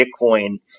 Bitcoin